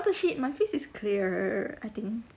the shit my face is clear I think